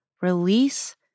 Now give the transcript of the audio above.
release